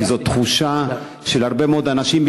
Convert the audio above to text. כי זו תחושה של הרבה מאוד אנשים,